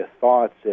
thoughts